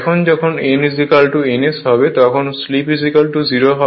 এখন যখন n n S হবে তখন স্লিপ 0 হবে